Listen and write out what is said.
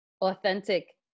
authentic